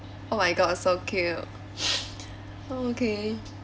oh my god so cute okay